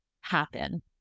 happen